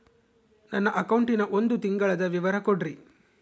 ನನ್ನ ಅಕೌಂಟಿನ ಒಂದು ತಿಂಗಳದ ವಿವರ ಕೊಡ್ರಿ?